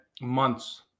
months